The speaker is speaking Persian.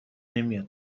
نمیاد